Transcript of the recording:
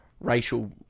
racial